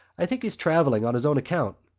i think he's travelling on his own account.